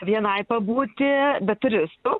vienai pabūti bet turistu